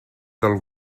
del